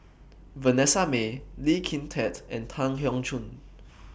Vanessa Mae Lee Kin Tat and Tan Keong Choon